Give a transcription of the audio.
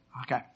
Okay